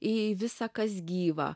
į visa kas gyva